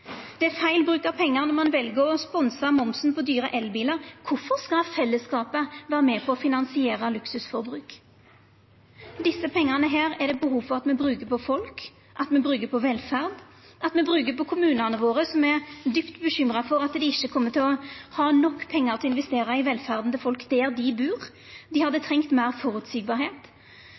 Det er feil bruk av pengar når ein vel å sponsa momsen på dyre elbilar. Kvifor skal fellesskapet vera med på å finansiera luksusforbruk? Desse pengane er det behov for at me brukar på folk, at me brukar på velferd, at me brukar på kommunane, som er djupt bekymra for at dei ikkje kjem til å ha nok pengar til å investera i velferda til folk der dei bur. Dei hadde meir trengt at det var meir